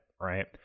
Right